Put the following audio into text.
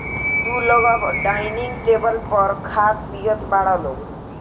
तू लोग अब डाइनिंग टेबल पर खात पियत बारा लोग